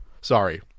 Sorry